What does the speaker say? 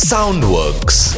SoundWorks